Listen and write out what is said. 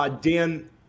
Dan